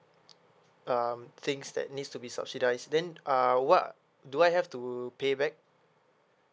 um things that needs to be subsidise then uh what do I have to pay back